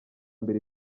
mbere